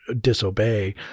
disobey